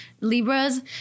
Libras